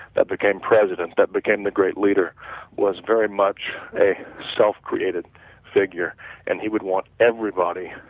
that became president, that became the great leader was very much a self-created figure and he would want everybody,